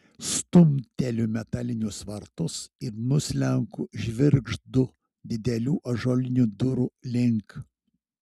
stumteliu metalinius vartus ir nuslenku žvirgždu didelių ąžuolinių durų link